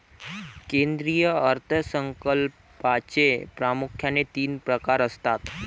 केंद्रीय अर्थ संकल्पाचे प्रामुख्याने तीन प्रकार असतात